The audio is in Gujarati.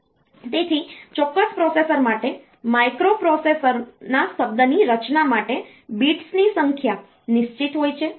તેથી ચોક્કસ પ્રોસેસર માટે માઇક્રોપ્રોસેસરના શબ્દ ની રચના માટેના બિટ્સ ની સંખ્યા નિશ્ચિત હોય છે